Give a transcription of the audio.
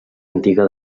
antiga